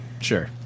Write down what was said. sure